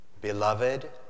Beloved